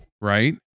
right